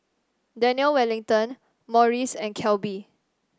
Daniel Wellington Morries and Calbee